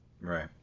right